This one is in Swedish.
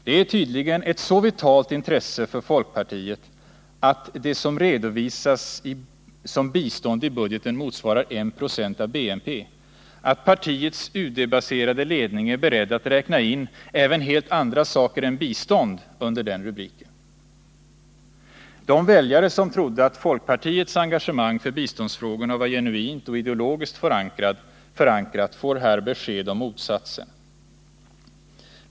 Det är tydligen ett så vitalt intresse för folkpartiet att det som redovisas som bistånd i budgeten motsvarar 1 26 av BNP att partiets UD-baserade ledning är beredd att räkna in även helt andra saker än bistånd under den rubriken. De väljare som trodde att folkpartiets engagemang för biståndsfrågorna var genuint och ideologiskt förankrat får här besked om motsatsen.